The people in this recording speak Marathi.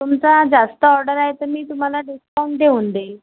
तुमचा जास्त ऑर्डर आहे तर मी तुम्हाला डिस्काउंट देऊन देईल